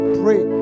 pray